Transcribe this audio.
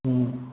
હં